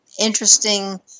interesting